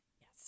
Yes